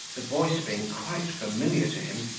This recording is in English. the voice being quite familiar to him,